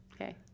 Okay